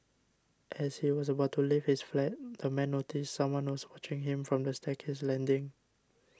as he was about to leave his flat the man noticed someone was watching him from the staircase landing